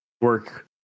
work